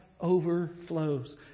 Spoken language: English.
overflows